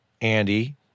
Andy